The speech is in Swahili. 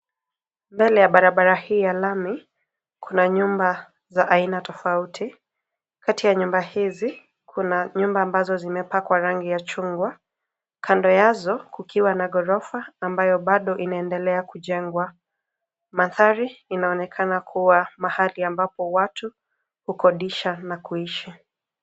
Mbele ya barabara hii ya lami kuna nyumba za aina tofauti. Kati ya nyumba hizi kuna nyumba ambazo zimepakwa rangi ya chungwa. Kando yazo kukiwa na gorofa ambayo bado inaendelea kujengwa. Mandhari inaonekana kuwa mahali ambapo watu hukodisha na kuishi.